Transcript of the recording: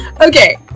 okay